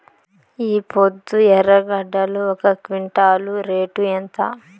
ఈపొద్దు ఎర్రగడ్డలు ఒక క్వింటాలు రేటు ఎంత?